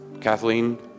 Kathleen